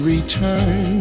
Return